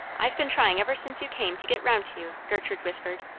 i've been trying ever since you came to get round to you, gertrude whispered.